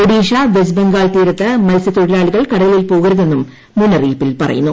Odisha West Bengal തീരത്ത് മത്സ്യത്തൊഴിലാളികൾ കടലിൽ പോകരുതെന്നും മുന്നറിയിപ്പിൽ പറയുന്നു